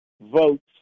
votes